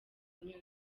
anyuzwe